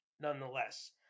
nonetheless